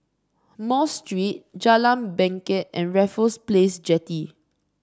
Mosque Street Jalan Bangket and Raffles Place Jetty